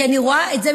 כי אני רואה את זה,